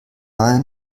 mal